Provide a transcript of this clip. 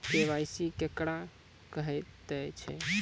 KYC केकरा कहैत छै?